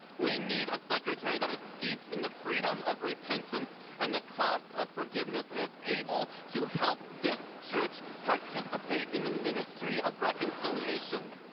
we need a secretary that is steeped in the freedom of repentance, and the cost of forgiveness, and is able to help this church participate in the ministry of reconciliation.